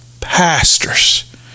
pastors